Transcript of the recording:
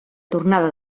tornada